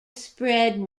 spread